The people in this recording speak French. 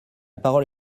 parole